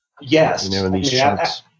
Yes